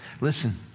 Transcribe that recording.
Listen